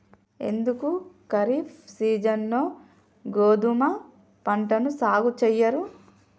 ఎందుకు ఖరీఫ్ సీజన్లో గోధుమ పంటను సాగు చెయ్యరు?